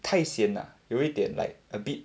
太咸啊有一点 like a bit